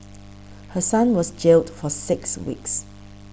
her son was jailed for six weeks